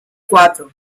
cuatro